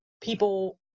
people